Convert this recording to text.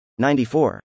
94